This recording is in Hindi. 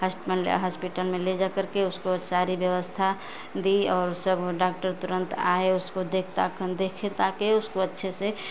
हस मतलब हॉस्पिटल में ले जा कर उसको सारी व्यवस्था दी और सब डाक्टर तुरंत आये उसको देख दाख देखे ताकि उसको एकदम अच्छे से